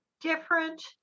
different